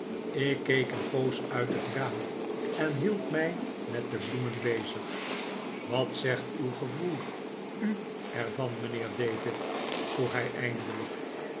ik keek een poos uit het raam en hield mij met de bloemen bezig wat zegt uw gevoel u er van mijnheer david vroeg hij eindelijk